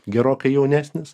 gerokai jaunesnis